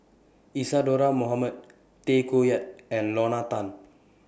Isadhora Mohamed Tay Koh Yat and Lorna Tan